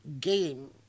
game